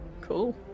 Cool